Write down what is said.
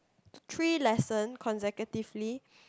three lessons consecutively